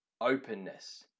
Openness